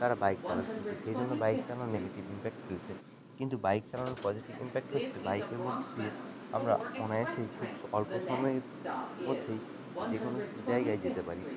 তারা বাইক চালাতে থাকে সেই জন্য বাইক চালানোর নেগেটিভ ইমপ্যাক্ট ফেলেছে কিন্তু বাইক চালানোর পজিটিভ ইমপ্যাক্ট হচ্ছে বাইকের মধ্যে দিয়ে আমরা অনায়াসেই খুব স অল্প সময়ের মধ্যেই যে কোনো জায়গায় যেতে পারি